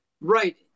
right